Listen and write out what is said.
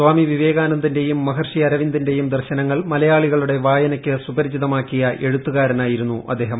സ്വാമി വിവേകാനന്ദന്റെയും മഹർഷി അരവിന്ദന്റെയും ദർശനങ്ങൾ മലയാളികളുടെ വായനക്ക് സുപരിചിതമാക്കിയ എഴുത്തുകാരനായിരുന്നു അദ്ദേഹം